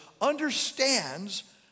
understands